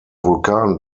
vulkan